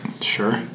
Sure